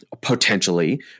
potentially